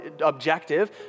objective